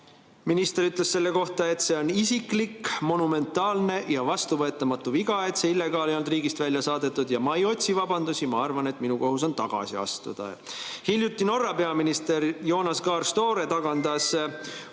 Minister ütles selle kohta, et see on isiklik, monumentaalne ja vastuvõetamatu viga, et see illegaal ei olnud riigist välja saadetud, ja "Ma ei otsi vabandusi, ma arvan, et minu kohus on tagasi astuda". Hiljuti Norra peaminister Jonas Gahr Støre tagandas